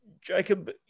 Jacob